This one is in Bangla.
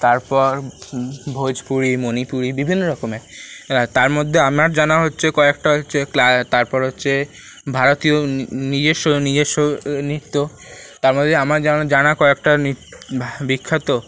তারপর ভোজপুরি মণিপুরী বিভিন্ন রকমের তার মধ্যে আমার জানা হচ্ছে কয়েকটা হচ্ছে তারপর হচ্ছে ভারতীয় নিজস্ব নিজস্ব নৃত্য তারমধ্যে আমার যেমন জানা কয়েকটা নৃত্য বিখ্যাত